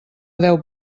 deu